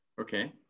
okay